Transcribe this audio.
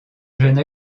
jeune